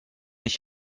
ich